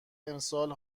امسال